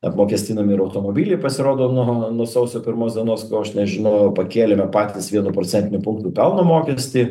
apmokestinami ir automobiliai pasirodo nuo nuo sausio pirmos dienos ko aš nežinojau pakėlėme patys vienu procentiniu punktu pelno mokestį